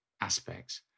aspects